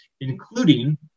including